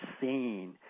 seen